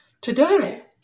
today